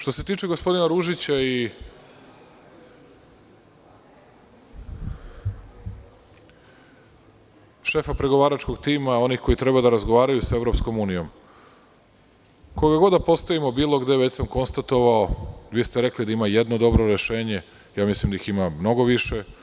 Što se tiče gospodina Ružića i šefa pregovaračkog tima, oni koji treba da razgovaraju sa Evropskom unijom, koga god da postavimo bilo gde, već sam konstatovao da ima jedno dobro rešenje, mislim da ih ima mnogo više.